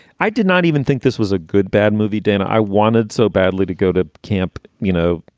i did not even think this was a good, bad movie. damn, i wanted so badly to go to camp, you know,